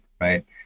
right